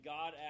God